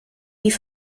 die